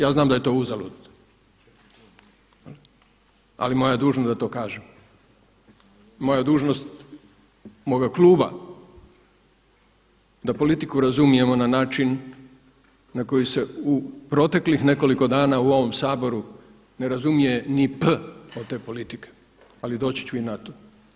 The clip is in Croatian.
Ja znam da je to uzalud, ali je moja dužnost da to kažem, moja dužnost moga kluba da politiku razumijemo na način na koji se u proteklih nekoliko dana u ovom Saboru ne razumije ni P od te politike, ali doći ću i na to.